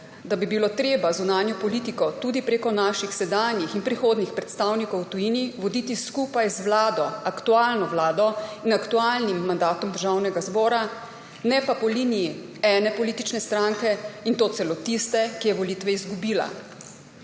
da bi bilo treba zunanjo politiko tudi prek naših sedanjih in prihodnjih predstavnikov v tujini voditi skupaj z aktualno vlado in aktualnim mandatom državnega zbora, ne pa po liniji ene politične stranke, in to celo tiste, ki je volitve izgubila.